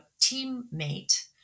teammate